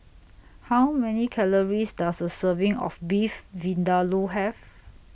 How Many Calories Does A Serving of Beef Vindaloo Have